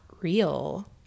real